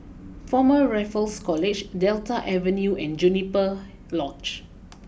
Former Raffles College Delta Avenue and Juniper Lodge